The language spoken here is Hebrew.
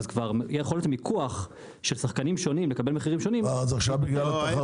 יכולת מיקוח של שחקנים שונים לקבל מחירים שונים --- אני נותן